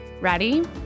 Ready